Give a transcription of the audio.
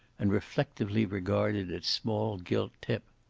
and reflectively regarded its small gilt tip.